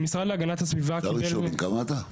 המשרד להגנת הסביבה --- אפשר לשאול בן כמה אתה?